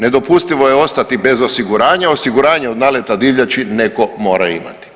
Nedopustivo je ostati bez osiguranja, osiguranje od naleta divljači netko mora imati.